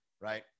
right